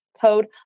code